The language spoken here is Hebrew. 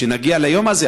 שנגיע ליום הזה,